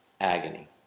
agony